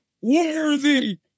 worthy